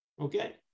Okay